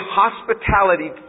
hospitality